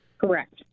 Correct